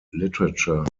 literature